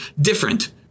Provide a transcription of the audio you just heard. different